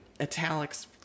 italics